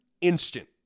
instant